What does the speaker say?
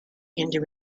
into